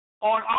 on